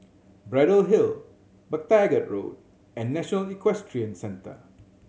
Braddell Hill MacTaggart Road and National Equestrian Centre